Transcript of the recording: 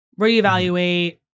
reevaluate